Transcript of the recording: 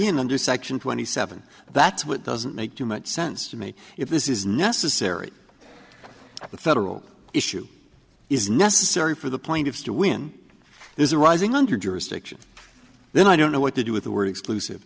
in under section twenty seven that's what doesn't make too much sense to me if this is necessary the federal issue is necessary for the plaintiffs to win is a rising under jurisdiction then i don't know what to do with the word exclusive